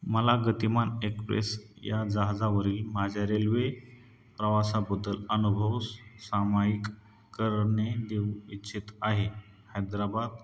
मला गतिमान एक्प्रेस या जहाजावरील माझ्या रेल्वे प्रवासाबद्दल अनुभव स सामायिक करणे देऊ इच्छित आहे हैदराबाद